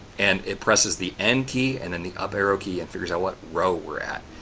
and it presses the end key and then the up arrow key, and figures out what row we're at.